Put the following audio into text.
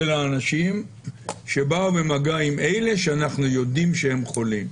האנשים שבאו במגע עם אלה שאנחנו יודעים שהם חולים.